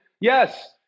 Yes